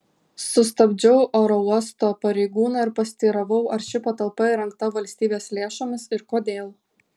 sustabdžiau oro uosto pareigūną ir pasiteiravau ar ši patalpa įrengta valstybės lėšomis ir kodėl